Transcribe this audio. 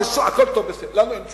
אבל הכול טוב, בסדר, לנו אין תשובה.